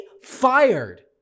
fired